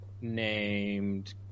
named